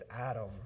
Adam